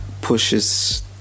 pushes